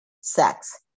sex